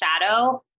shadow